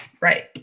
Right